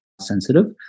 sensitive